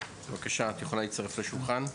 בבקשה, את יכולה להצטרף לשולחן.